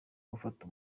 gufata